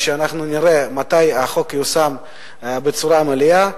כדי שאנחנו נראה מתי החוק ייושם בצורה מלאה,